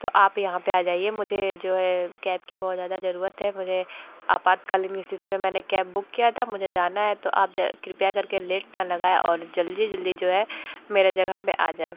तो आप यहाँ पर या जाइए मुझे जो है कैब कि बहुत ज़्यादा ज़रूरत है मुझे आपातकालीन स्थिति में मैंने कैब बुक किया था अब मुझे जाना है तो आप कृपया कर के लेट ना लगाएं और जल्दी जल्दी जो है मेरी जगह पर आ जाएं